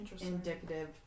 indicative